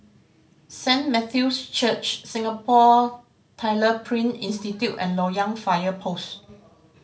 Saint Matthew's Church Singapore Tyler Print Institute and Loyang Fire Post